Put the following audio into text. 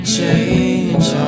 Change